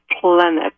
planet